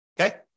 okay